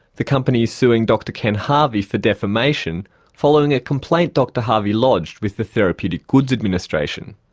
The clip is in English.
the company suing dr ken harvey for defamation following a complaint dr harvey lodged with the therapeutic goods administration.